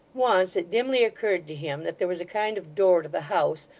once, it dimly occurred to him that there was a kind of door to the house,